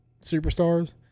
superstars